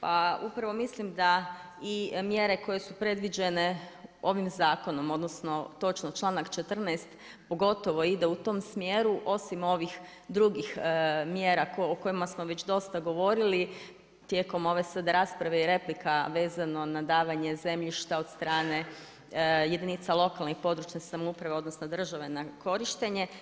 Pa upravo mislim, da i mjere koje su predviđene ovim zakon, odnosno, točno čl.14. pogotovo ide u tom smjeru, osim ovih drugih mjera o kojima smo već dosta govorili, tijekom ove sad rasprava i replika vezano na davanje zemljišta od strane jedinica lokalne područne samouprave, odnosno države na korištenje.